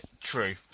True